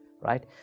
right